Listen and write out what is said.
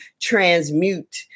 transmute